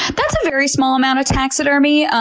that's a very small amount of taxidermy,